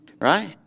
right